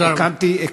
תודה רבה.